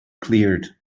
cleared